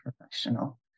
professional